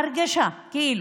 לא בטוח, הרגשה, כאילו.